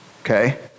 Okay